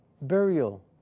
burial